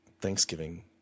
Thanksgiving